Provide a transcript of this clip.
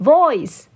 Voice